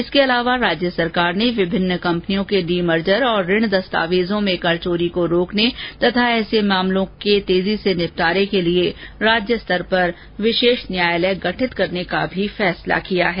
इसके अलावा राज्य सरकार ने विभिन्न कम्पनियों के डीमर्जर और ऋण दस्तायेजों में कर चोरी को रोकने तथा ऐसे प्रकरणों के तेजी से निपटाने के लिए राज्य स्तर पर विशेष न्यायालय गठन करने का भी निर्णय किया है